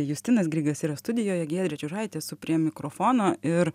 justinas grigas yra studijoje giedrė čiužaitė esu prie mikrofono ir